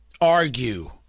argue